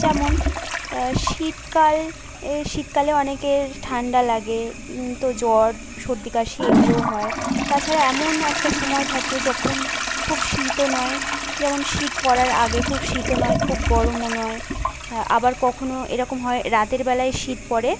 যেমন শীতকাল শীতকালে অনেকের ঠান্ডা লাগে তো জ্বর সর্দি কাশি এইগুলোও হয় তাছাড়া এমন একটা সময় থাকে যখন খুব শীতও নয় যেমন শীত পড়ার আগে খুব শীতও নয় খুব গরমও নয় হ্যাঁ আবার কখনও এরম হয় রাতের বেলায় শীত পড়ে